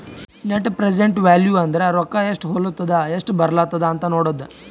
net present value ಅಂದುರ್ ರೊಕ್ಕಾ ಎಸ್ಟ್ ಹೊಲತ್ತುದ ಎಸ್ಟ್ ಬರ್ಲತ್ತದ ಅಂತ್ ನೋಡದ್ದ